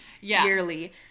yearly